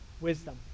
wisdom